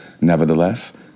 nevertheless